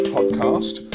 Podcast